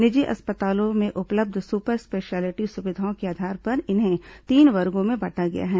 निजी अस्पतालों में उपलब्ध सुपर स्पेशियालिटी सुविधाओं के आधार पर इन्हें तीन वर्गो में बांटा गया है